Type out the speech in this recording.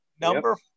number